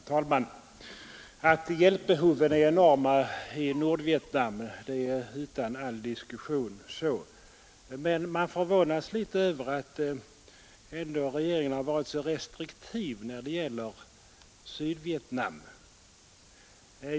Herr talman! Att hjälpbehoven år enorma i Nordvietnam är ställt utom all diskussion. Men man förvånas litet över att regeringen varit så restriktiv när det gäller Sydvietnam.